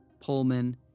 Pullman